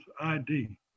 ID